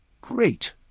Great